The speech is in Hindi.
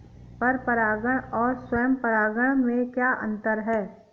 पर परागण और स्वयं परागण में क्या अंतर है?